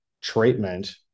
treatment